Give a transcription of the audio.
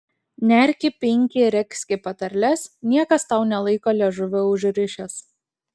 nerki pinki regzki patarles niekas tau nelaiko liežuvio užrišęs